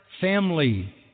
family